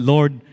Lord